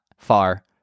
Far